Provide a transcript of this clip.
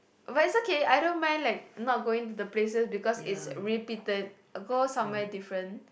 but it's okay I don't mind like not going to the places because it's repeated go somewhere different